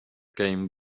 came